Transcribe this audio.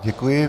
Děkuji.